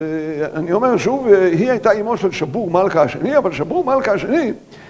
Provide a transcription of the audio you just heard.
אני אומר שוב, היא הייתה עם אוסטרד שבור מלכה שלי, אבל שבור מלכה שלי